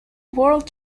world